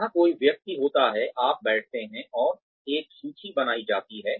जहां कोई व्यक्ति होता है आप बैठते हैं और एक सूची बनाई जाती है